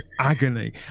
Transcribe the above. agony